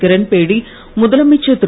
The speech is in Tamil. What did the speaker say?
கிரண்பேடி முதலமைச்சர் திரு